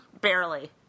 Barely